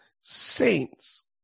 saints